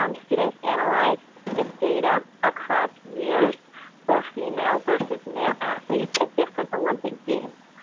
um students analyzed the data across years for female versus male athletes at different olympic games,